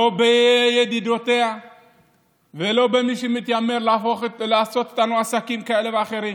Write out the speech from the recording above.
לא בידידותיה ולא במי שמתיימר לעשות איתנו עסקים כאלה ואחרים.